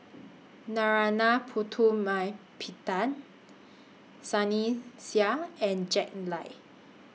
Narana Putumaippittan Sunny Sia and Jack Lai